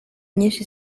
nyinshi